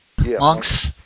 monks